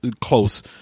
close